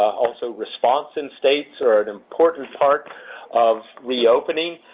also response in states are an important part of reopening.